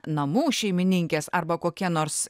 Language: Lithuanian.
namų šeimininkės arba kokie nors